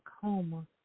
coma